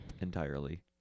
entirely